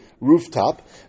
rooftop